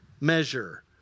measure